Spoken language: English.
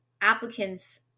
applicants